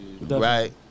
right